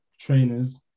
trainers